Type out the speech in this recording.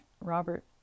Robert